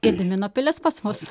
gedimino pilis pas mus